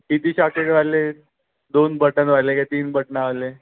किती शॉकेटवाले दोन बटनवाले काय तीन बटनंवाले